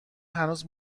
هنوز